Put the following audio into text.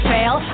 Fail